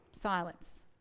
silence